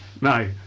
No